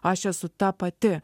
aš esu ta pati